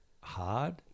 hard